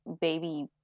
baby